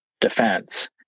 defense